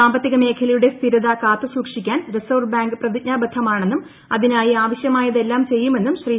സ്രാമ്പത്തിക മേഖലയുടെ സ്ഥിരത കാത്തുസൂക്ഷിക്കാൻ റിസർവ്ബുക്ക് പ്രതിജ്ഞാബദ്ധമാണെന്നും അതിനായി ആവശ്യമായതെല്ലാം പ്രപ്പയ്യുമെന്നും ശ്രീ